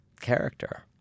character